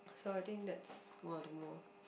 so I think that's one more